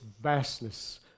vastness